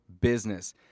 business